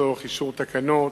לצורך אישור תקנות,